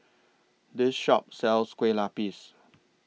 This Shop sells Kueh Lapis